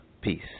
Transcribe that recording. peace